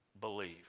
believe